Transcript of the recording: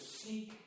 seek